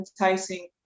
enticing